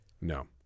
No